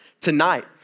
tonight